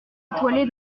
étoilée